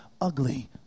ugly